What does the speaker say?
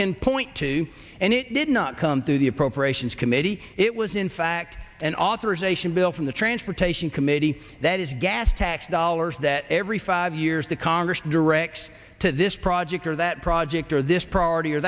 can point to and it did not come through the appropriations committee it was in fact an authorization bill from the transportation committee that is gas tax dollars that every five years the congress directs to this project or that project or this priority or